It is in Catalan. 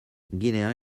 guinea